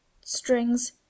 strings